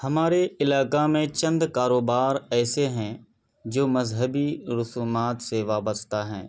ہمارے علاقہ میں چند کاروبار ایسے ہیں جو مذہبی رسومات سے وابستہ ہیں